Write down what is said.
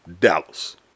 Dallas